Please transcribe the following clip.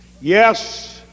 Yes